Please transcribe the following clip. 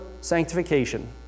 sanctification